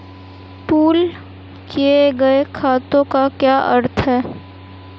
Pool किए गए खातों का क्या अर्थ है?